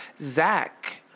zach